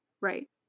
Right